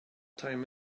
time